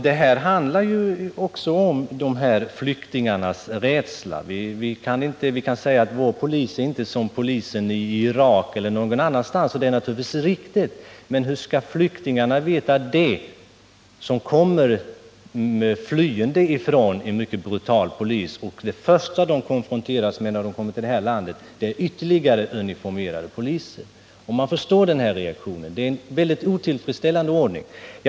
Det handlar också om flyktingarnas rädsla. Vi kan naturligtvis säga att vår polis inte är som polisen i t.ex. Irak, och det är naturligtvis riktigt, men hur skall flyktingarna som undsluppit en mycket brutal polis kunna veta detta? Det första de konfronteras med när de kommer till det här landet är återigen uniformerade poliser. Därför måste man förstå reaktionen. Det är en mycket otillfredsställande ordning.